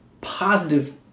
positive